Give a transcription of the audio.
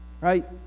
right